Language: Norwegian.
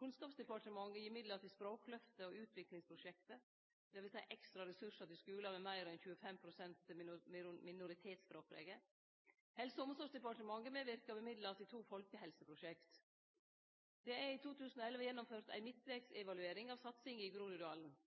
Kunnskapsdepartementet gir midlar til Språkløftet og Utviklingsprosjektet, dvs. ekstra ressursar til skular med meir enn 25 pst. minoritetsspråklege. Helse- og omsorgsdepartementet medverkar med midlar til to folkehelseprosjekt. Det er i 2011 gjennomført ei midtvegsevaluering av satsinga i Groruddalen.